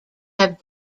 have